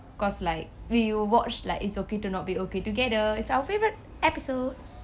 cause like we watched like it's okay to not be okay together is our favourite episodes